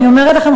אני אומרת לכם,